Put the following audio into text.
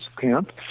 camp